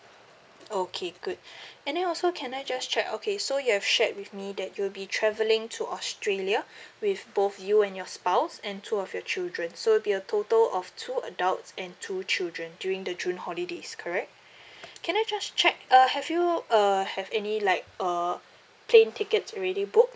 okay good and then also can I just check okay so you have shared with me that you'll be travelling to australia with both you and your spouse and two of your children so it'll be a total of two adults and two children during the june holidays correct can I just check uh have you uh have any like uh plane tickets already booked